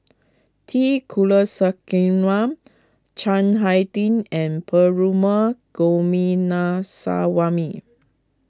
T Kulasekaram Chiang Hai Ding and Perumal Gominaswamy